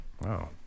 Wow